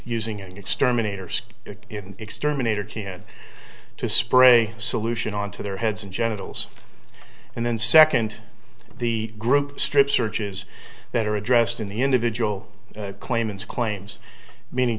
using exterminators in an exterminator can to spray solution onto their heads and genitals and then second the group strip searches that are addressed in the individual claimants claims meaning